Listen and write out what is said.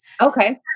Okay